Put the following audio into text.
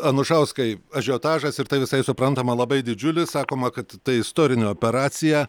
anušauskai ažiotažas ir tai visai suprantama labai didžiulis sakoma kad tai istorinė operacija